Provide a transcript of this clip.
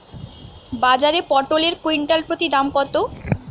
বাজারে পটল এর কুইন্টাল প্রতি দাম কত?